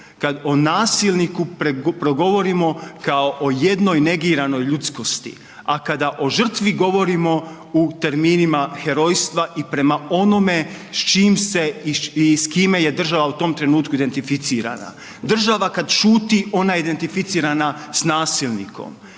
kada o nasilniku progovorimo kao o jednoj negiranoj ljudskosti, a kada o žrtvi govorimo u terminima u herojstva i prema onome s čim se i s kime je država u tom trenutku identificirana. Država kada šuti ona je identificirana s nasilnikom,